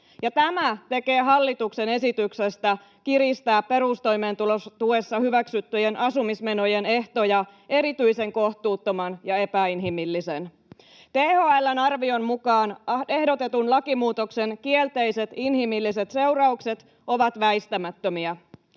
tämä tekee hallituksen esityksestä kiristää perustoimeentulotuessa hyväksyttyjen asumismenojen ehtoja erityisen kohtuuttoman ja epäinhimillisen. THL:n arvion mukaan ehdotetun lakimuutoksen kielteiset inhimilliset seuraukset ovat väistämättömiä.